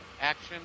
action